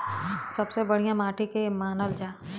सबसे बढ़िया माटी के के मानल जा?